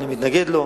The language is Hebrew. אני מתנגד לו,